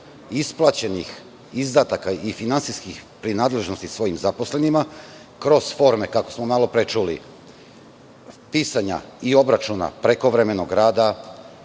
isplaćenih izdataka i finansijskih prinadležnosti svojim zaposlenima kroz forme, kako smo malopre čuli, pisanja i obračuna prekovremenog rada,